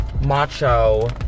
Macho